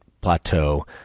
plateau